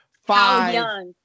five